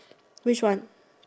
which one